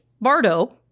Bardo